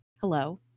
Hello